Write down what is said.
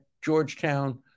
Georgetown